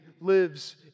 lives